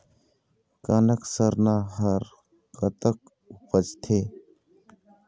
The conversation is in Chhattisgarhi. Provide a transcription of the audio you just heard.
कनक सरना हर कतक उपजथे?